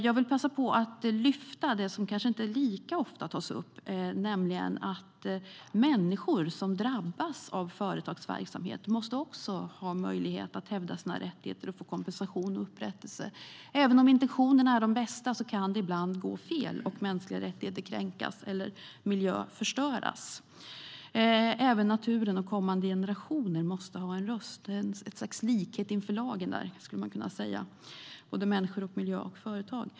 Jag vill passa på att lyfta fram något som kanske inte tas upp lika ofta, nämligen att människor som drabbas av företags verksamhet också måste ha möjlighet att hävda sina rättigheter och få kompensation och upprättelse. Även om intentionerna är de bästa kan det ibland gå fel och mänskliga rättigheter kränkas eller miljö förstöras. Även naturen och kommande generationer måste ha en röst, och det måste finnas ett slags likhet inför lagen såväl för människor och miljö som för företag.